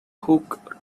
hook